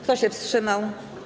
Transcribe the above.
Kto się wstrzymał?